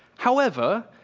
however,